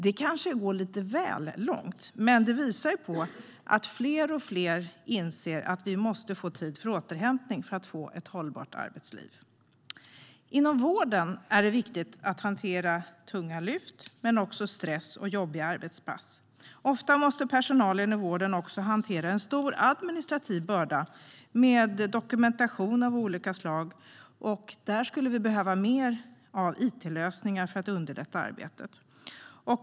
Det kanske är att gå lite väl långt, men det visar att fler och fler inser att vi måste få tid för återhämtning för att få ett hållbart arbetsliv. Inom vården är det viktigt att hantera tunga lyft men också stress och jobbiga arbetspass. Ofta måste personalen i vården också hantera en stor administrativ börda med dokumentation av olika slag. Här behövs det mer it-lösningar för att underlätta arbetet.